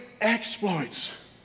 exploits